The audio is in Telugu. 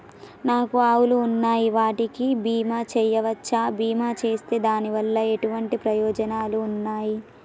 నాకు ఆవులు ఉన్నాయి వాటికి బీమా చెయ్యవచ్చా? బీమా చేస్తే దాని వల్ల ఎటువంటి ప్రయోజనాలు ఉన్నాయి?